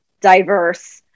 diverse